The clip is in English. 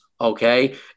okay